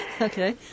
Okay